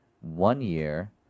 one-year